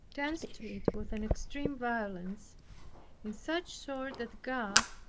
tends to it with an extreme violence in such sort that god,